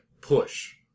push